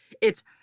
it's-